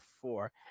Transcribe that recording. four